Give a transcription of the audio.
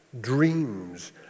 dreams